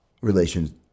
relations